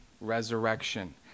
resurrection